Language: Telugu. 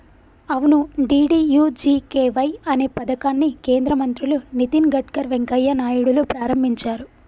అవును డి.డి.యు.జి.కే.వై అనే పథకాన్ని కేంద్ర మంత్రులు నితిన్ గడ్కర్ వెంకయ్య నాయుడులు ప్రారంభించారు